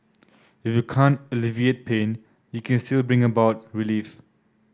if you can't alleviate pain you can still bring about relief